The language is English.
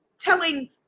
telling